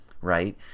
right